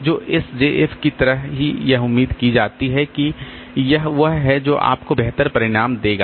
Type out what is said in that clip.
तो एसजेएफ की तरह ही यह उम्मीद की जाती है कि यह वह है जो आपको बेहतर परिणाम देगा